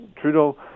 Trudeau